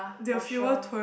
for sure